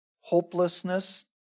hopelessness